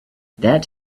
that